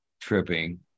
tripping